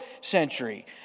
century